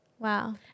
Wow